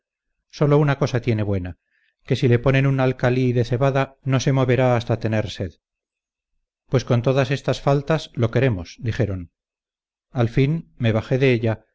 solo una cosa tiene buena que si le ponen un alcalí de cebada no se moverá hasta tener sed pues con todas estas faltas lo queremos dijeron al fin me bajé de ella